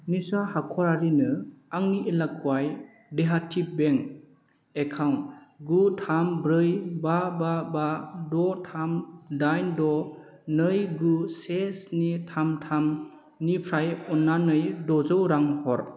निसा हाख'रारिनो आंनि इल्लाक्वाय देहाटि बेंक एकाउन्ट गु थाम ब्रै बा बा बा द' थाम दाइन द' नै गु से स्नि थाम थामनिफ्राय अन्नानै द'जौ रां हर